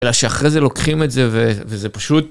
אלא שאחרי זה לוקחים את זה, וזה פשוט...